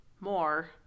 more